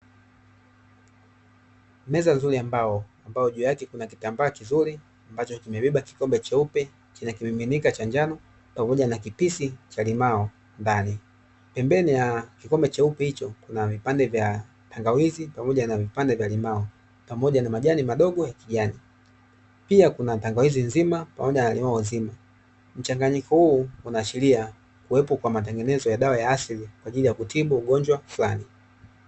Meza nzuri ya mbao ambayo juu yake kuna kitambaa kizuri ambacho kimebeba kikombe cheupe chenye kimiminika cha njano pamoja na kipisi cha limao ndani. Pembeni ya kikombe cheupe hicho kuna vipande vya tangawizi pamoja na vipande vya limao pamoja na majani madogo ya kijani, pia kuna tangawizi nzima pamoja na limao nzima. Mchanganyiko huo unaashiria kuwepo kwa matengenezo ya dawa ya asili kwa ajili ya kutibu ugonjwa fulani.